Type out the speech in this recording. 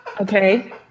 Okay